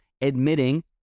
admitting